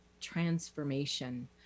transformation